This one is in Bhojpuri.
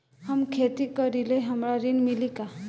हम खेती करीले हमरा ऋण मिली का?